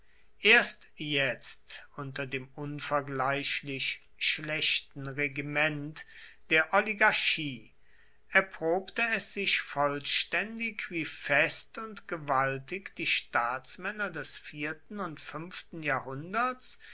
erst jetzt unter dem unvergleichlich schlechten regiment der oligarchie erprobte es sich vollständig wie fest und gewaltig die staatsmänner des vierten und fünften jahrhunderts